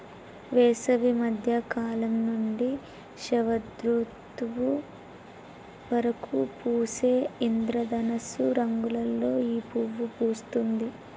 వేసవి మద్య కాలం నుంచి శరదృతువు వరకు పూసే ఇంద్రధనస్సు రంగులలో ఈ పువ్వు పూస్తుంది